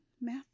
Math